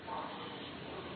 ఇక్కడ చూడండి